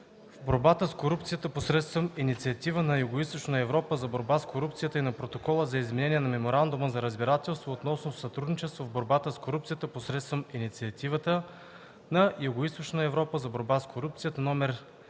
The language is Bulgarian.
борбата с корупцията посредством Инициативата на Югоизточна Европа за борба с корупцията и на Протокола за изменение на Меморандума за разбирателство относно сътрудничество в борбата с корупцията посредством Инициативата на Югоизточна Европа за борба с корупцията, №